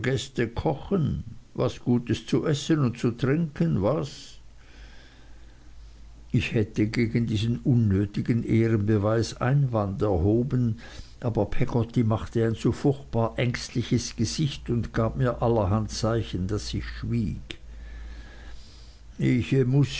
gäste kochen was gutes zu essen und zu trinken was ich hätte gegen diesen unnötigen ehrenbeweis einwand erhoben aber peggotty machte ein so furchtbar ängstliches gesicht und gab mir allerhand zeichen daß ich schwieg ich muß